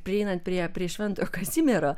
prieinant prie prie šventojo kazimiero